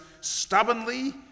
stubbornly